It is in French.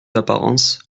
apparences